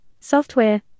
software